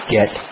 get